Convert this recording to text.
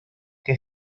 que